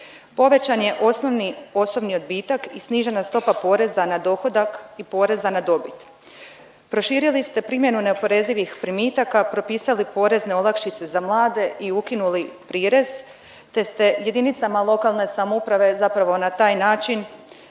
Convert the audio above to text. Povećan je osnovni osobni odbitak i snižena stopa poreza na dohodak i poreza na dobit, proširili ste primjenu neoporezivih primitaka, propisali porezne olakšice za mlade i ukinuli prirez, te ste JLS zapravo na taj način